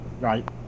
Right